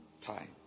Time